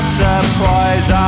surprise